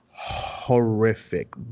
horrific